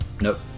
Nope